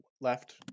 left